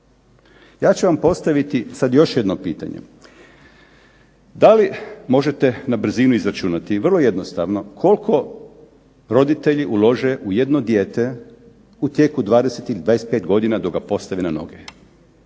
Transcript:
Ja ću vam postaviti sad još jedno pitanje. da li možete na brzinu izračunati, vrlo jednostavno, koliko roditelji ulože u jedno dijete u tijeku 20 ili 25 godina dok ga postave na noge?